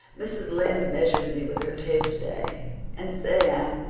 mrs. lynde measured me with her tape today, and say, anne,